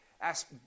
ask